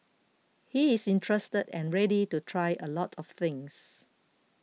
he is interested and ready to try a lot of things